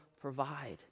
provide